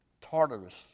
Tartarus